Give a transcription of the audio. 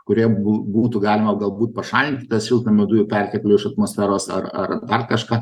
kurie bū būtų galima galbūt pašalinti tas šiltnamio dujų perteklių iš atmosferos ar ar dar kažką